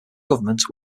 government